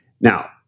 Now